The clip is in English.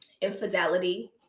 infidelity